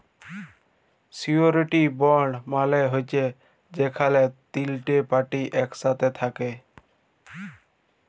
surety bond মালে হছে যেখালে তিলটে পার্টি ইকসাথে থ্যাকে